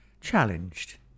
challenged